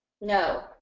No